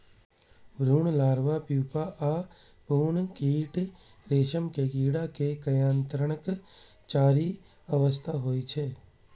भ्रूण, larva, pupa आ पूर्ण कीट रेशम के कीड़ा के कायांतरणक चारि अवस्था होइ छै